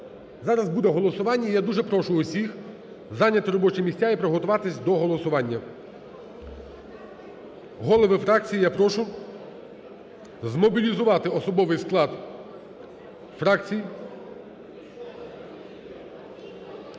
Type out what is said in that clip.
зараз буде голосування, я дуже прошу всіх зайняти робочі міста і приготуватись до голосування. Голови фракцій, я прошу змобілізувати особовий склад фракцій.